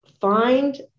Find